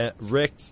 Rick